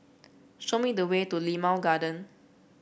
show me the way to Limau Garden